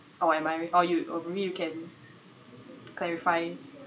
oh am I or you agree you can clarify